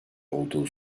olduğu